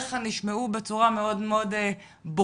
דבריך נשמעו בצורה מאוד ברורה.